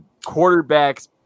quarterbacks